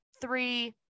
three